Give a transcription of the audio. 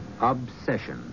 Obsession